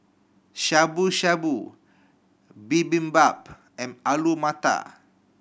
Shabu Shabu Bibimbap and Alu Matar